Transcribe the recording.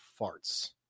farts